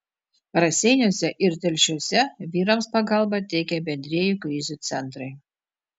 raseiniuose ir telšiuose vyrams pagalbą teikia bendrieji krizių centrai